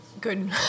good